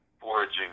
foraging